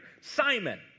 Simon